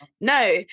No